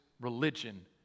religion